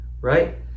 right